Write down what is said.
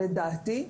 לדעתי,